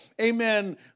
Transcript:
amen